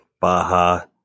Baja